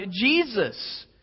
Jesus